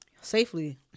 safely